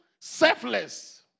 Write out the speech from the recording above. selfless